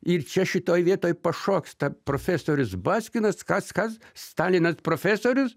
ir čia šitoj vietoj pašoksta profesorius baskinas kas kas stalinas profesorius